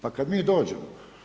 Pa kad mi dođemo.